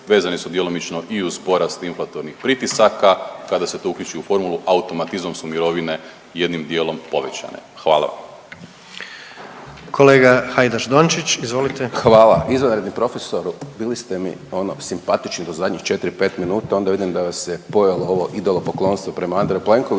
Vezane su djelomično i uz porast inflatornih pritisaka. Kada se to uključi u formulu automatizmom su mirovine jednim dijelom povećane. Hvala. **Jandroković, Gordan (HDZ)** Kolega Hajdaš-Dončić, izvolite. **Hajdaš Dončić, Siniša (SDP)** Hvala. Izvanredni profesor, bili ste mi ono simpatični do zadnjih četiri, pet minuta, onda vidim da vas je pojelo ovo idolo poklonstvo prema Andreju Plenkoviću,